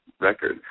record